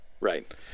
Right